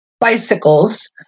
bicycles